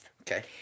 Okay